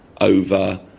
over